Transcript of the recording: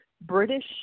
British